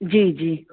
जी जी